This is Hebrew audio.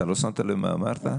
אתה לא שמת לב מה אמרת?